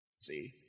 see